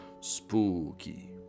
Spooky